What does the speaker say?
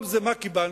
ובמקום זה מה קיבלנו?